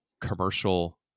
commercial